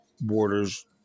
borders